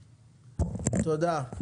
תודה.